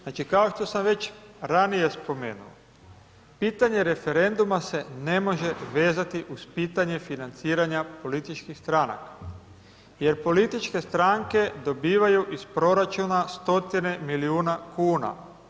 Znači kao što sam već ranije spomenuo, pitanje referenduma se ne može vezati uz pitanje financiranja političkih stranaka jer političke stranke dobivaju iz proračuna stotine milijuna kuna.